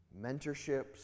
mentorships